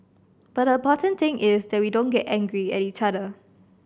but the important thing is that we don't get angry at each other